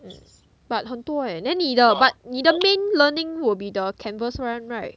mm but 很多 eh then 你的 but 你的 main learning will be the canvas [one] right